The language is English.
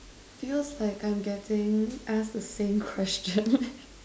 feels like I'm getting asked the same question